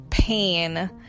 pain